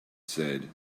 said